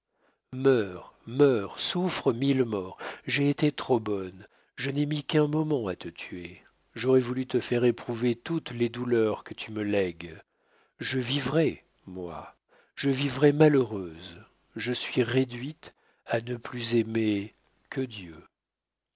meurs meurs souffre mille morts j'ai été trop bonne je n'ai mis qu'un moment à te tuer j'aurais voulu te faire éprouver toutes les douleurs que tu me lègues je vivrai moi je vivrai malheureuse je suis réduite à ne plus aimer que dieu